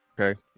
Okay